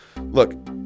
look